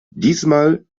diesmal